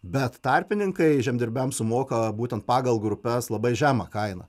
bet tarpininkai žemdirbiams sumoka būtent pagal grupes labai žemą kainą